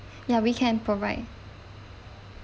ya we can provide